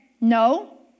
no